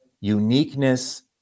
uniqueness